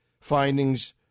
findings